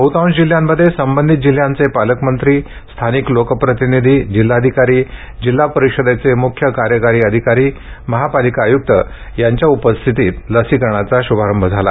बह्तांश जिल्ह्यांमध्ये संबंधित जिल्ह्यांचे पालकमंत्री स्थानिक लोकप्रतिनिधी जिल्हाधिकारी जिल्हा परिषदेचे मूख्य कार्यकारी अधिकारी महापालिका आयुक्त यांच्या उपस्थितीत लसीकरणाचा श्भारंभ झाला